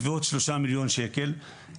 בסביבות 3 מיליון שקל,